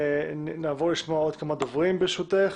ונעבור לשמוע עוד כמה דוברים ברשותך.